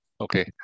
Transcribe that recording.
okay